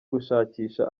gushakisha